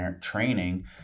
training